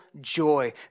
joy